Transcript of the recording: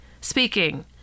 speaking